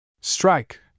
Strike